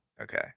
Okay